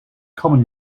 common